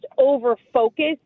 over-focused